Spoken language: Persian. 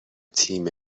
تیم